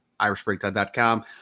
irishbreakdown.com